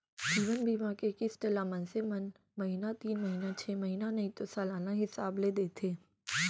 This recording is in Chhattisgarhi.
जीवन बीमा के किस्त ल मनसे मन महिना तीन महिना छै महिना नइ तो सलाना हिसाब ले देथे